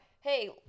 hey